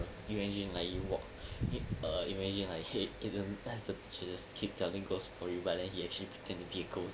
you imagine like you walk err imagine like !hey! he don't he just keep telling ghost story but then he actually pretend to be a ghost